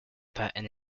patton